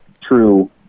true